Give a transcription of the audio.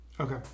Okay